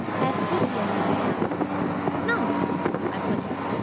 as busy as i am nonsense, i put in,